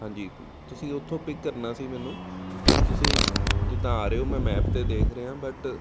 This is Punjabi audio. ਹਾਂਜੀ ਤੁਸੀਂ ਉੱਥੋਂ ਪਿੱਕ ਕਰਨਾ ਸੀ ਮੈਨੂੰ ਪਰ ਤੁਸੀਂ ਜਿੱਦਾਂ ਆ ਰਹੇ ਹੋ ਮੈਂ ਮੈਪ 'ਤੇ ਦੇਖ ਰਿਹਾ ਬਟ